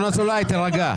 ינון אזולאי, תירגע.